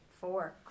four